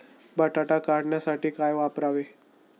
बटाटा काढणीसाठी काय वापरावे?